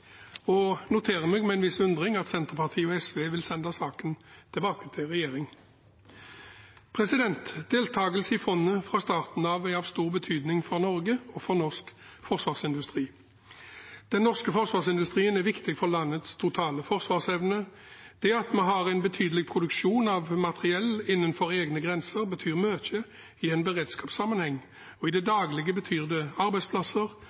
og jeg noterer meg med en viss undring at Senterpartiet og SV vil sende saken tilbake til regjeringen. Deltakelse i fondet fra starten av er av stor betydning for Norge og for norsk forsvarsindustri. Den norske forsvarsindustrien er viktig for landets totale forsvarsevne. Det at vi har en betydelig produksjon av materiell innenfor egne grenser, betyr mye i en beredskapssammenheng, og i det daglige betyr det arbeidsplasser,